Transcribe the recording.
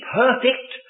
perfect